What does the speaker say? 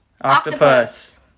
Octopus